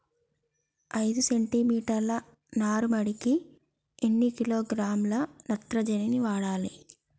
ఐదు సెంటిమీటర్ల నారుమడికి ఎన్ని కిలోగ్రాముల నత్రజని వాడాలి?